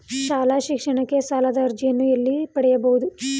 ಶಾಲಾ ಶಿಕ್ಷಣಕ್ಕೆ ಸಾಲದ ಅರ್ಜಿಯನ್ನು ಎಲ್ಲಿ ಪಡೆಯಬಹುದು?